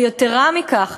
ויתרה מכך,